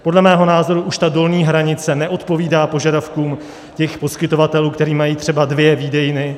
Podle mého názoru už ta dolní hranice neodpovídá požadavkům těch poskytovatelů, kteří mají třeba dvě výdejny.